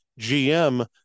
GM